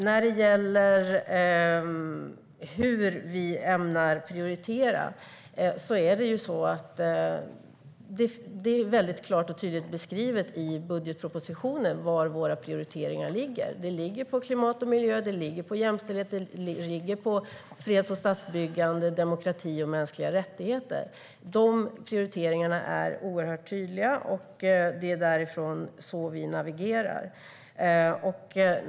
När det gäller hur vi ämnar prioritera är det väldigt klart och tydligt beskrivet i budgetpropositionen var våra prioriteringar ligger. De ligger på klimat och miljö, jämställdhet, freds och statsbyggande, demokrati och mänskliga rättigheter. De prioriteringarna är oerhört tydliga. Det är utifrån det vi navigerar.